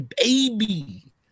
baby